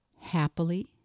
happily